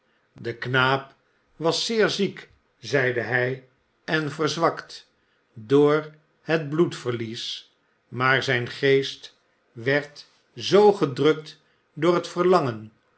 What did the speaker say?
de knaap was zeer ziek zeide hij en verzwakt door het bloedverlies maar zijn geest werd zoo gedrukt door het verlangen